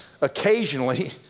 Occasionally